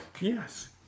Yes